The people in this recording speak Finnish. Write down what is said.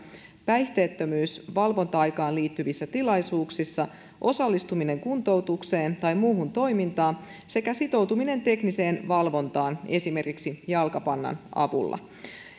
päihteettömyys valvonta aikaan liittyvissä tilaisuuksissa osallistuminen kuntoutukseen tai muuhun toimintaan sekä sitoutuminen tekniseen valvontaan esimerkiksi jalkapannan avulla